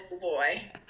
boy